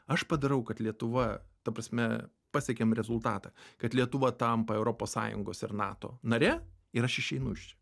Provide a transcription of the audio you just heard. aš padarau kad lietuva ta prasme pasiekiam rezultatą kad lietuva tampa europos sąjungos ir nato nare ir aš išeinu iš čia